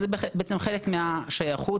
זה חלק מהשייכות